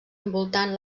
envoltant